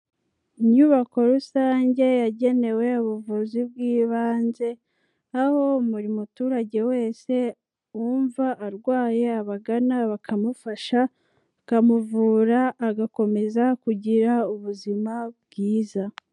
Inyubako rusange yagenewe ubuvuzi bw'ibanze, aho buri muturage wese wumva arwaye abagana bakamufasha, bakamuvura, agakomeza kugira ubuzima bwiza.